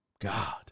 God